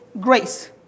grace